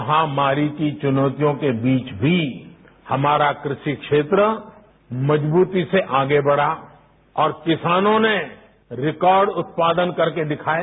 महामारी की चुनौतियों के बीच भी हमारा क्रषि क्षेत्र मजबूती से आगे बढ़ा और किसानों ने रिकॉर्ड उत्पादन करके दिखाया